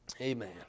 Amen